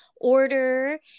order